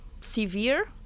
severe